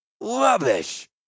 Rubbish